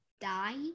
die